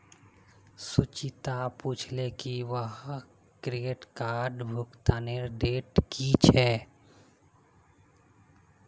संचिता पूछले की वहार क्रेडिट कार्डेर भुगतानेर डेट की छेक